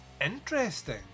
Interesting